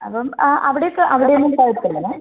അപ്പം അവിടെയൊക്കെ അവിടെയൊന്നും കുഴപ്പമില്ല മാം